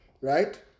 right